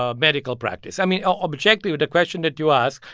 ah medical practice i mean, objectively, with the question that you ask,